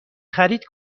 خرید